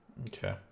Okay